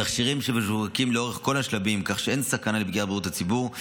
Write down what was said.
תכשירים שמשווקים לאורך כל השלבים כך שאין סכנה לפגיעה בבריאות הציבור,